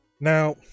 Now